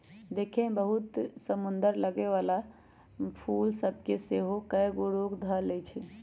देखय में बहुते समसुन्दर लगे वला फूल सभ के सेहो कएगो रोग सभ ध लेए छइ